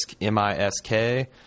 m-i-s-k